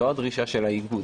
זאת הדרישה של האיגוד.